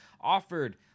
offered